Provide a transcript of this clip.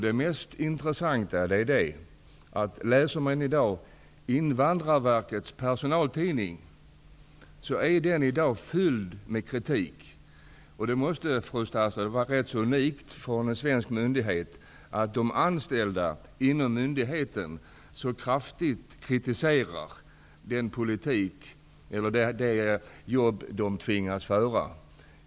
Det mest intressanta är att Invandrarverkets personaltidning i dag är fylld med kritik. Det måste vara rätt unikt, fru statsråd, att de anställda vid en svensk myndighet så kraftigt kritiserar det jobb de tvingas göra.